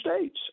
states